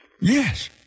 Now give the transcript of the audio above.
Yes